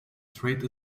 trade